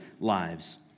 lives